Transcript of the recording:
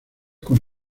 con